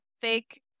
fake